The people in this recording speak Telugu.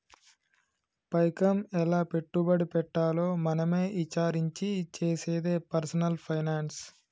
పైకం ఎలా పెట్టుబడి పెట్టాలో మనమే ఇచారించి చేసేదే పర్సనల్ ఫైనాన్స్